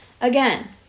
Again